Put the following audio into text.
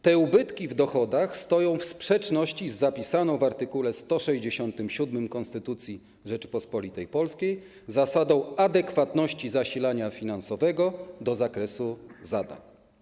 Te ubytki w dochodach stoją w sprzeczności z zapisaną w art. 167 Konstytucji Rzeczypospolitej Polskiej zasadą adekwatności zasilania finansowego do zakresu zadań.